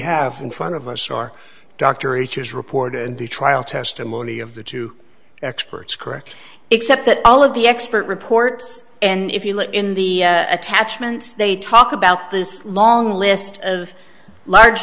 have in front of us are dr h is reported in the trial testimony of the two experts correct except that all of the expert reports and if you look in the attachments they talk about this long list of large